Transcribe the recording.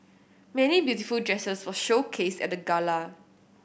many beautiful dresses were showcased at the gala